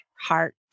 heart